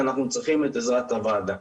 ואנחנו צריכים את עזרת הוועדה.